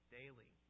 daily